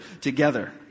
together